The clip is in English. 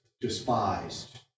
despised